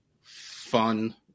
fun